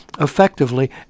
effectively